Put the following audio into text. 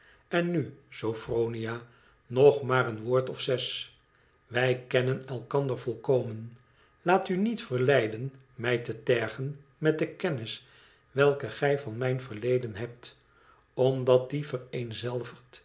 n nu sopbronia nog maar een woord of zes wij kennen elkander volkomen laat u niet verleiden mij te tergen met de kennis welke gij van mijn verleden hebt omdat die vereenzelvigd